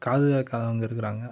காது கேட்காதவங்க இருக்கிறாங்க